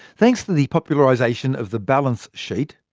thanks to the popularisation of the balance sheet,